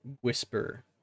whisper